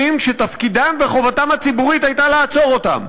שתפקידם וחובתם הציבורית היו לעצור אותן.